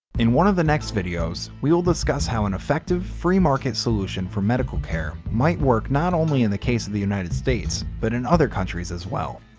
in one of the next videos we will discuss how an effective, free market solution for medical care might work not only in case of the united states, but in other countries as well.